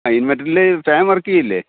ആ ഇൻവേർട്ടറില് fan work ചെയ്യില്ലെ